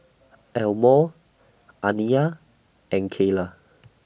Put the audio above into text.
Elmore Aniya and Keyla